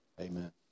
Amen